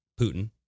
Putin